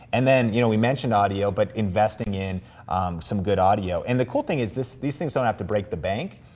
and then, you know, we mentioned audio, but investing in some good audio. and the cool thing is these things don't have to break the bank,